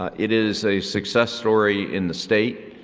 ah it is a success story in the state.